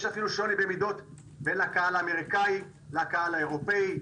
יש אפילו שוני במידות בין הקהל האמריקאי לקהל האירופי.